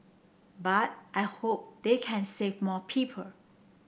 but I hope they can save more people